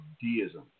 deism